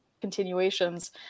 continuations